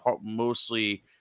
mostly